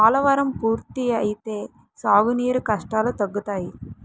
పోలవరం పూర్తి అయితే సాగు నీరు కష్టాలు తగ్గుతాయి